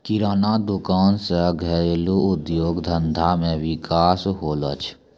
किराना दुकान से घरेलू उद्योग धंधा मे विकास होलो छै